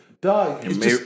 dog